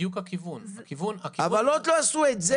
אבל לא עשו את זה.